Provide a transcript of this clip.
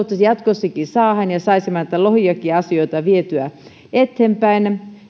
jatkossakin saadaan ja saisimme näitä lohiasioitakin vietyä eteenpäin